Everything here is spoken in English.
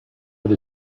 with